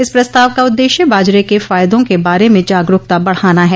इस प्रस्ताव का उद्देश्य बाजरे के फायदों के बारे में जागरूकता बढ़ाना है